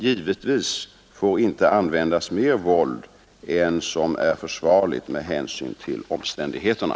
Givetvis får inte användas mer våld än som är försvarligt med hänsyn till omständigheterna.